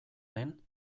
den